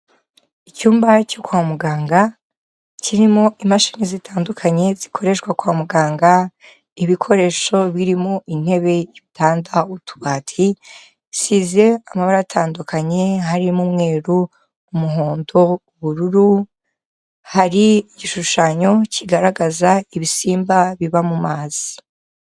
Icyumba cyo kwa muganga kirimo imashini zitandukanye zikoreshwa kwa muganga, ibikoresho birimo intebe, ibitanda, utubati, bisize amabara atandukanye harimo umweru, umuhondo, ubururu, hari igishushanyo kigaragaza ibisimba biba mu mazi.